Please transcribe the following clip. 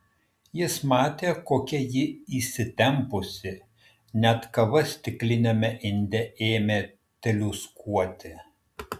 jis matė kokia ji įsitempusi net kava stikliniame inde ėmė teliūskuoti